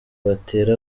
batere